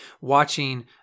watching